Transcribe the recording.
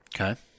Okay